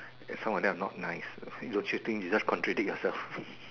that some of them are not nice don't you think you just contradict yourself